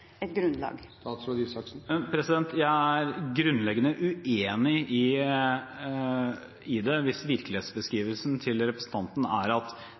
Jeg er grunnleggende uenig i det, hvis virkelighetsbeskrivelsen til representanten er at